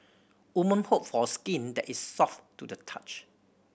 women hope for skin that is soft to the touch